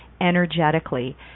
energetically